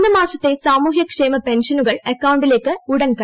മൂന്നുമാസത്തെ സാമൂഹ്യക്ഷേമ പെൻഷനുകൾ അക്കൌണ്ടിലേക്ക് ഉടൻ കൈമാറും